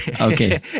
Okay